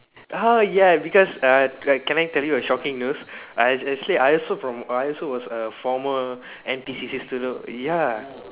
oh ya because uh uh can I tell you a shocking news I actually I also from I also was a former N_P_C_C student ya